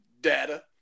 data